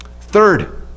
Third